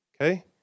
okay